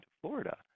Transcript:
Florida